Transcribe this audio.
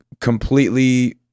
completely